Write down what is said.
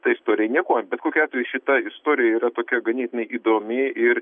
ta istorija niekuo bet kokiu atveju šita istorija yra tokia ganėtinai įdomi ir